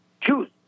Choose